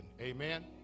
Amen